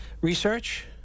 research